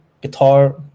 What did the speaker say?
guitar